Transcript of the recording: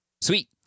Sweet